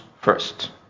first